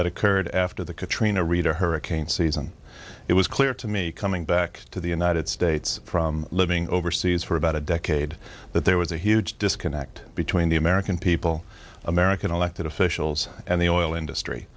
that occurred after the katrina rita hurricane season it was clear to me coming back to the united states from living overseas for about a decade that there was a huge disconnect between the american people american elected officials and the oil industry